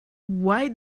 why